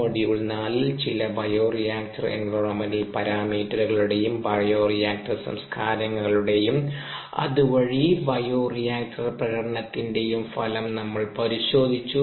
module 4 ൽ ചില bioreactor environment പാരാമീറ്ററുകളുടെയും ബയോറിയാക്ടർ സംസ്കാരങ്ങളുടെയും അതുവഴി ബയോറിയാക്റ്റർ പ്രകടനത്തിന്റെയും ഫലം നമ്മൾ പരിശോധിച്ചു